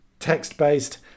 Text-based